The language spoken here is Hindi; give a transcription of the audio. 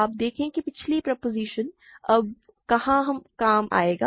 आप देखें कि पिछला प्रोपोज़िशन अब कहां काम आएगा